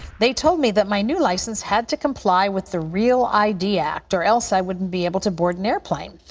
they told me that my new license had to comply with the real id act, or else i wouldn't be able to board an airplane.